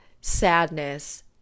sadness